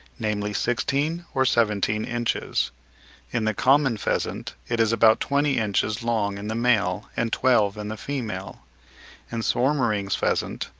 namely sixteen or seventeen inches in the common pheasant it is about twenty inches long in the male and twelve in the female in soemmerring's pheasant,